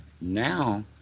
now